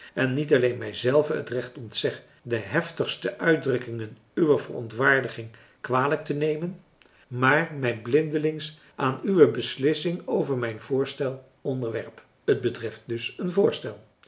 en niet alleen mijzelven het recht ontzeg de heftigste uitdrukkingen uwer verontwaardiging kwalijktenemen maar mij blindeling aan uwe beslissing over mijn voorstel onderwerp het betreft dus een voorstel